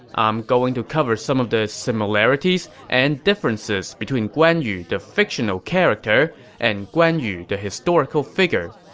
i'm going to cover some of the similarities and differences between guan yu the fictional character and guan yu the historical figure.